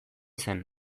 zen